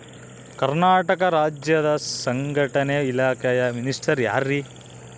ಕರ್ನಾಟಕ ರಾಜ್ಯದ ಸಂಘಟನೆ ಇಲಾಖೆಯ ಮಿನಿಸ್ಟರ್ ಯಾರ್ರಿ?